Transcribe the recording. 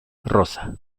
rosa